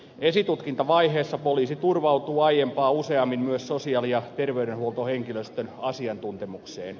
esitutkintavaiheessa poliisi turvautuu aiempaa useammin myös sosiaali ja terveydenhuoltohenkilöstön asiantuntemukseen